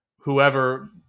whoever